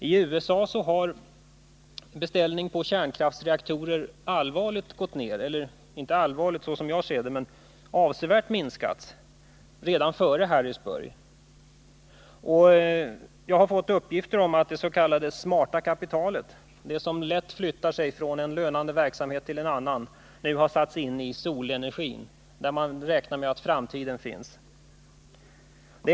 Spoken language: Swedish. I USA hade antalet beställningar på kärnkraftsreaktorer allvarligt gått ner redan före Harrisburg — ja, inte allvarligt som jag ser det, men avsevärt minskat. Jag har fått uppgifter om att det s.k. smarta kapitalet, det som lätt flyttar sig från en lönande verksamhet till en annan, nu har satts in i den företagsamhet som sysslar med solenergin, där man räknar med att framtiden finns.